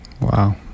Wow